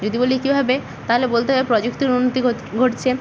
যদি বলি কীভাবে তাহলে বলতে হবে প্রযুক্তির উন্নতি ঘট ঘটছে